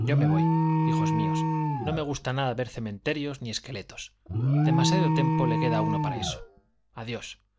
yo me voy hijos míos no me gusta ver cementerios ni esqueletos demasiado tiempo le queda a uno para eso adiós